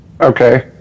Okay